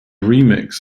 remix